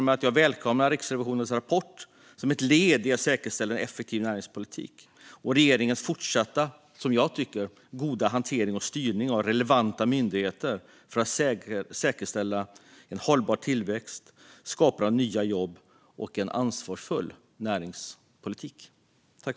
Således välkomnar jag Riksrevisionens rapport som ett led i säkerställandet av en effektiv näringspolitik och regeringens fortsatta goda hantering och styrning av relevanta myndigheter för att säkra en hållbar tillväxt, skapandet av nya jobb och en ansvarsfull näringspolitik.